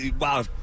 Wow